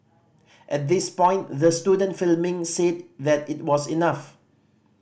at this point the student filming said that it was enough